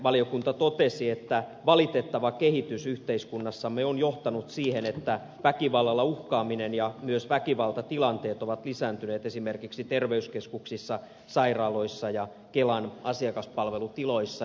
valiokunta totesi että valitettava kehitys yhteiskunnassamme on johtanut siihen että väkivallalla uhkaaminen ja myös väkivaltatilanteet ovat lisääntyneet esimerkiksi terveyskeskuksissa sairaaloissa sekä kansaneläkelaitoksen asiakaspalvelutiloissa